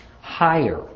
higher